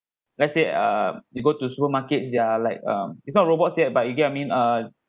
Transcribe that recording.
let's say err you go to supermarket they are like um it's not robots yet but you get what I mean uh